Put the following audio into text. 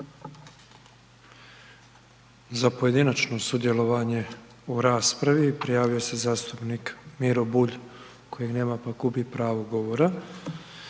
Za pojedinačno sudjelovanje u raspravi prijavio se zastupnik Miro Bulj kojeg nema pa gubi pravo govora.